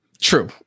True